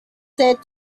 said